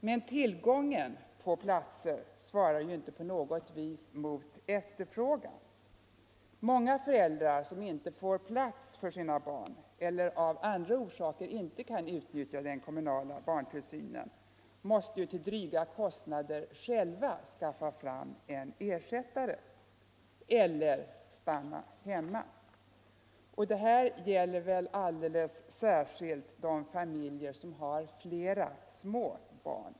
Men tillgången på platser svarar inte på något vis mot efterfrågan. Många föräldrar som inte får plats för sina barn eller av andra orsaker inte kan utnyttja den kommunala barntillsynen måste till dryga kostnader själva skaffa fram en ersättare — eller stanna hemma. Detta gäller väl alldeles särskilt de familjer som har flera små barn.